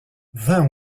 vingt